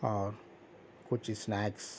اور کچھ اسنیکس